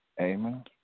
Amen